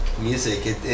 music